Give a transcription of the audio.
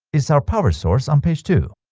it's our power source on page two